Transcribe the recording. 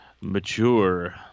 mature